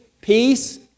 peace